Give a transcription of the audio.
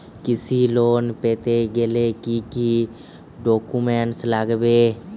কৃষি লোন পেতে গেলে কি কি ডকুমেন্ট লাগবে?